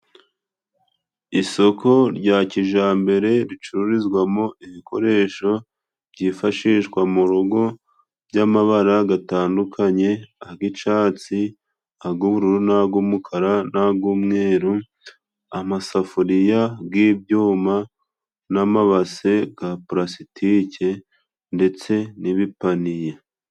Isoko rya kijambere ricururizwamo ibikoresho byifashishwa mu rugo by'amabara gatandukanye ag'icatsi, ag'ubururu n'ag'umukara n'ag'umweru, amasafuriya g'ibyuma n'amabase ga palasitike ndetse n'ibipaniye.